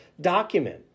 document